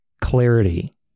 clarity